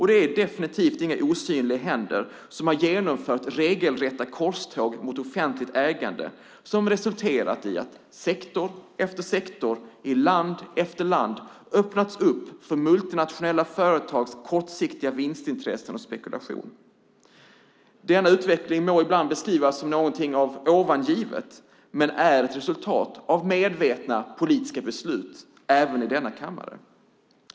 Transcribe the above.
Det är definitivt inga osynliga händer som har genomfört regelrätta korståg mot offentligt ägande som resulterat i att sektor efter sektor i land efter land öppnats upp för multinationella företags kortsiktiga vinstintressen och spekulation. Denna utvecklig må ibland beskrivas som något från ovan givet men är ett resultat av medvetna politiska beslut även i denna kammare.